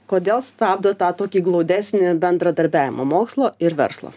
kodėl stabdot tą tokį glaudesnį bendradarbiavimą mokslo ir verslo